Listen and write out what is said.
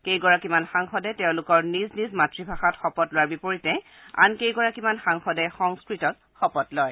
কেইগৰাকীমান সাংসদে তেওঁলোকৰ নিজ নিজ মাতৃভাষাত শপত লোৱাৰ বিপৰীতে আনকেইজনমান সাংসদে সংস্কৃতত শপত লয়